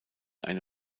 eine